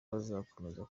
bazakomeza